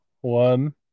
one